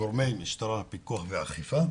ומגורמי משטרה, פיקוח ואכיפה.